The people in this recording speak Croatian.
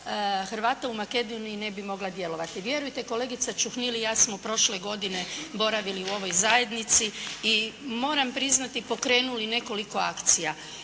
Hrvata u Makedoniji ne bi mogla djelovati. Vjerujte kolegica Čuhnil i ja smo prošle godine boravili u ovoj zajednici i moram priznati pokrenuli nekoliko akcija.